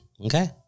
okay